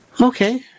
Okay